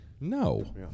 No